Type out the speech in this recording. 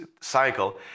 cycle